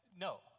No